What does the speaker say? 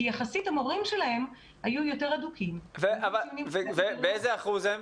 כי המורים שלהם היו אדוקים --- באיזה אחוז מדובר,